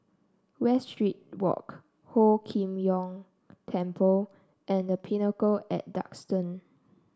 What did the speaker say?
Westridge Walk Ho Kim Kong Temple and The Pinnacle at Duxton